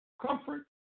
comfort